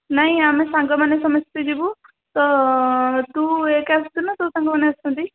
ନାଇଁ ଆମେ ସାଙ୍ଗମାନେ ସମେସ୍ତେ ଯିବୁ ତ ତୁ ଏକ ଆସିବୁ ନା ତୋ ସାଙ୍ଗମାନେ ଆସୁଛନ୍ତି